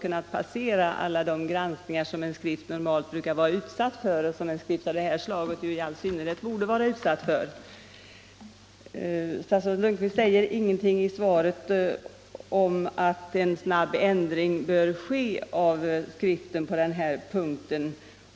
kunnat passera alla de granskningar som en skrift normalt är utsatt för och som i synnerhet en skrift av det slaget borde vara utsatt för. Statsrådet Lundkvist säger ingenting i svaret om att en rättelse snabbt skall göras så att uppgiften i skriften blir korrekt.